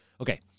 Okay